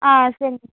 ஆ சரி